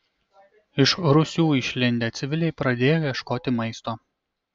iš rūsių išlindę civiliai pradėjo ieškoti maisto